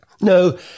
No